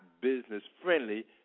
business-friendly